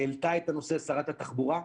העלתה את הנושא שרת התחבורה,